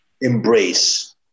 Embrace